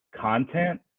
content